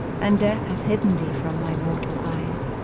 and death has hidden thee from my mortal eyes.